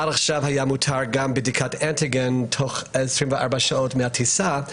עד עכשיו הייתה מותרת גם בדיקת אנטיגן תוך 24 שעות מהטיסה.